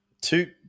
Two